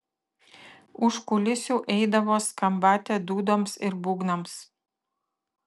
už kulisių eidavo skambate dūdoms ir būgnams